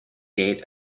gate